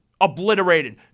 obliterated